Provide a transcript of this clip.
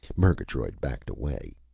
murgatroyd backed away.